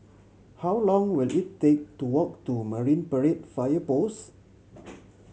how long will it take to walk to Marine Parade Fire Post